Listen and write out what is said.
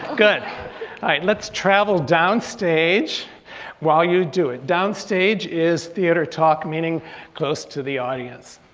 good. alright lets travel down stage while you do it. down stage is theater talk meaning close to the audience.